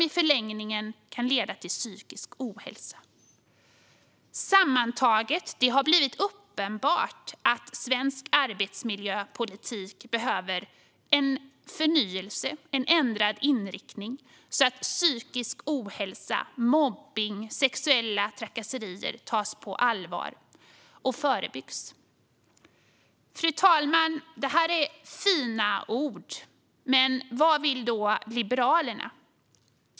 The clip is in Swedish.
I förlängningen kan det leda till bland annat psykisk ohälsa. Sammantaget har det blivit uppenbart att svensk arbetsmiljöpolitik behöver en förnyelse och en ändrad inriktning, så att psykisk ohälsa, mobbning och sexuella trakasserier tas på allvar och förebyggs. Fru talman! Det här är fina ord, men vad vill då Liberalerna?